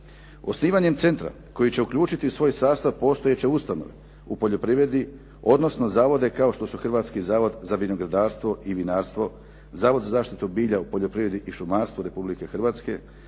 Osnivanjem centra koji će uključiti u svoj sastav postojeće ustanove u poljoprivredi, odnosno zavode kao što su Hrvatski zavod za vinogradarstvo i vinarstvo, Zavod za zaštitu bilja u poljoprivredi i šumarstvu Republike Hrvatske,